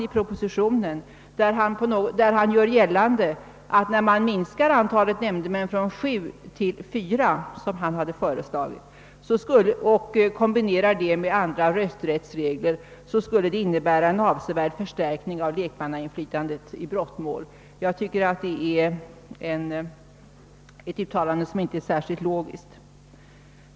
I propositionen gör statsrådet gällande att en minskning av antalet nämndemän från sju till fyra, som han har föreslagit, kombinerad med andra rösträttsregler skulle innebära en avsevärd förstärkning av lekmannainflytandet i brottmål. Jag tycker att det uttalandet saknar verklighetsgrund.